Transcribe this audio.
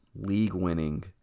league-winning